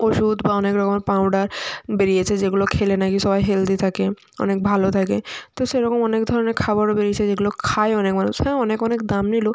ওষুধ বা অনেক রকমের পাউডার বেরিয়েছে যেগুলো খেলে নাকি সবাই হেলদি থাকে অনেক ভাল থাকে তো সেরকম অনেক ধরনের খাবারও বেরিয়েছে যেগুলো খায়ও অনেক মানুষ হ্যাঁ অনেক অনেক দাম নিলেও